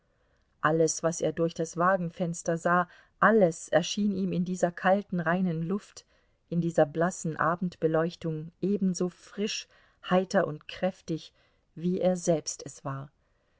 alles was er durch das wagenfenster sah alles erschien ihm in dieser kalten reinen luft in dieser blassen abendbeleuchtung ebenso frisch heiter und kräftig wie er selbst es war